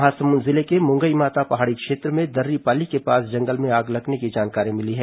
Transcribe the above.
महासमुंद जिले के मुंगई माता पहाड़ी क्षेत्र में दर्रीपाली के पास जंगल में आग लगने की जानकारी मिली है